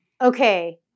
Okay